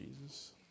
Jesus